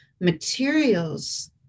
materials